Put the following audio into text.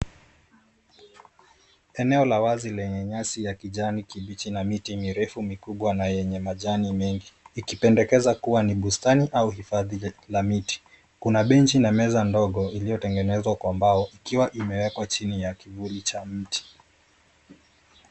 Eneo la wazi lenye nyasi ya kijani kibichi na miti mirefu mikubwa na yenye majani mengi ikipendekeza kuwa ni bustani au hifadhi la miti. Kuna benchi na meza ndogo iliyotengenezwa kwa mbao ikiwa imewekwa chini ya kivuli cha mti.